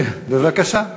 בבקשה.